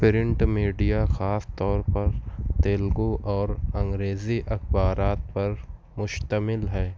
print media خاص طور پر تیلگو اور انگریزی اخبارات پر مشتمل ہے